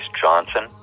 Johnson